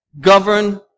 govern